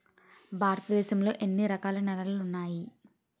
భారతదేశం లో ఎన్ని రకాల నేలలు ఉన్నాయి?